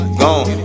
gone